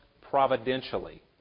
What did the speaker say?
providentially